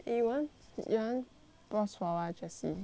pause for awhile jessie